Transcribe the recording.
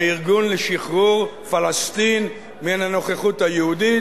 הארגון לשחרור פלסטין מן הנוכחות היהודית,